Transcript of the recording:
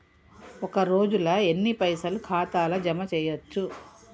ఒక రోజుల ఎన్ని పైసల్ ఖాతా ల జమ చేయచ్చు?